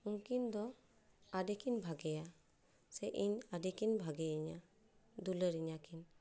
ᱩᱱᱠᱤᱱ ᱫᱚ ᱟᱹᱰᱤ ᱠᱤᱱ ᱵᱷᱟᱹᱜᱮᱭᱟ ᱥᱮ ᱤᱧ ᱟᱹᱰᱤ ᱠᱤᱱ ᱵᱷᱟᱹᱜᱮᱭᱟᱹᱧᱟᱹ ᱫᱩᱞᱟᱹᱲ ᱤᱧᱟᱹ ᱠᱤᱱ